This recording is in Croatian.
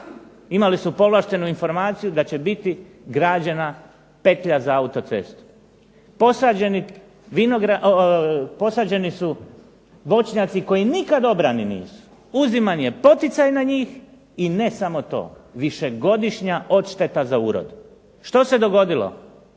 imali su povlaštenu informaciju da će biti građena petlja za autocestu. Posađeni su voćnjaci koji nikad obrani nisu, uziman je poticaj na njih. I ne samo to, višegodišnja odšteta za urod. Što se dogodilo?